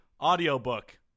audiobook